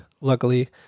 luckily